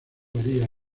varía